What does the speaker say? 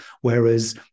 whereas